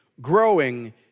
growing